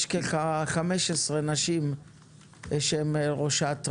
יש כ-15 נשים שהן ראשת רשות,